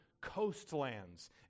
coastlands